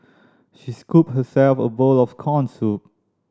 she scooped herself a bowl of corn soup